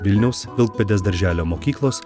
vilniaus vilkpėdės darželio mokyklos